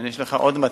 יש לך עכשיו עוד מטלה,